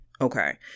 Okay